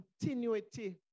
continuity